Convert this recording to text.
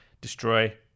Destroy